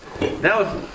Now